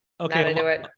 Okay